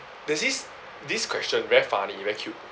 there's this this question very funny very cute